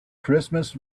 christmas